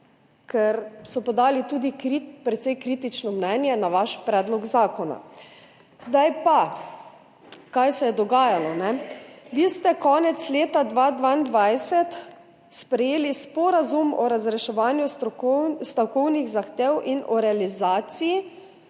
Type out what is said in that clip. ker so podali tudi precej kritično mnenje na vaš predlog zakona. Kaj se je dogajalo? Vi ste konec leta 2022 sprejeli Sporazum o razreševanju stavkovnih zahtev in o realizaciji